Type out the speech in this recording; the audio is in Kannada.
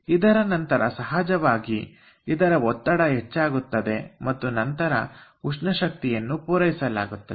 ಇದರ ನಂತರ ಸಹಜವಾಗಿ ಇದರ ಒತ್ತಡ ಹೆಚ್ಚಾಗುತ್ತದೆ ಮತ್ತು ನಂತರ ಉಷ್ಣ ಶಕ್ತಿಯನ್ನು ಪೂರೈಸಲಾಗುತ್ತದೆ